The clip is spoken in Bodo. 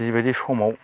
जिबायदि समाव